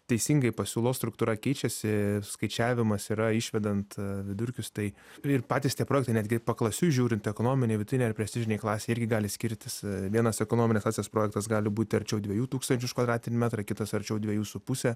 teisingai pasiūlos struktūra keičiasi skaičiavimas yra išvedant vidurkius tai ir patys tie projektai netgi paklasiui žiūrint ekonominė vidutinė ir prestižinė klasė irgi gali skirtis vienas ekonominės klasės projektas gali būti arčiau dviejų tūkstančių už kvadratinį metrą kitas arčiau dviejų su puse